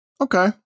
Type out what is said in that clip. Okay